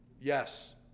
yes